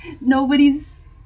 Nobody's